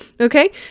okay